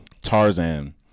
Tarzan